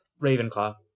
Ravenclaw